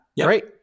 Great